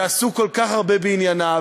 שעסוק כל כך הרבה בענייניו,